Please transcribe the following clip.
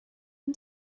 and